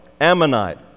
Ammonite